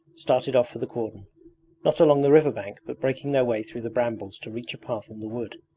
started off for the cordon not along the riverbank but breaking their way through the brambles to reach a path in the wood.